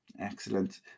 Excellent